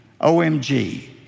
OMG